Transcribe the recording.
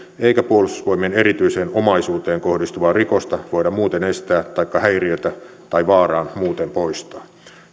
eikä puolustusvoimien erityiseen omaisuuteen kohdistuvaa rikosta voida muuten estää taikka häiriötä tai vaaraa muuten poistaa